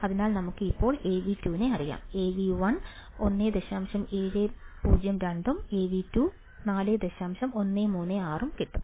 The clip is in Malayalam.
അതിനാൽ നമുക്ക് ഇപ്പോൾ Av2 നെ അറിയാം